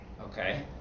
Okay